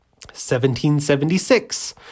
1776